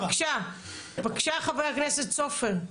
בבקשה חבר הכנסת סופר.